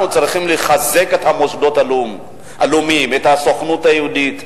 אנחנו צריכים לחזק את המוסדות הלאומיים: את הסוכנות היהודית,